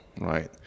right